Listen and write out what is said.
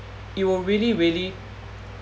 it will really really